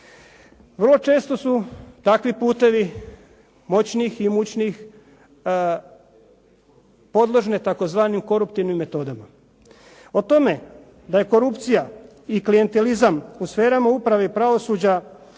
Vrlo često su takvi putovi moćnijih i imućnijih podložne tzv. koruptivnim metodama. O tome da je korupcija i klijentelizam u sferama uprave i pravosuđa